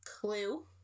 Clue